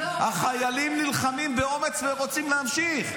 החיילים נלחמים באומץ ורוצים להמשיך.